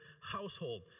household